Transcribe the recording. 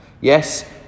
Yes